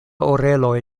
oreloj